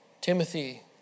Timothy